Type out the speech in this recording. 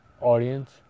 audience